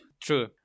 True